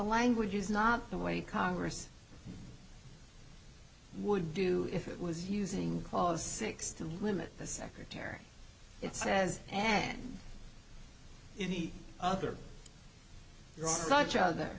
language is not the way congress would do if it was using clause six to limit the secretary it says and in the other